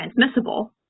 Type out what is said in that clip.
transmissible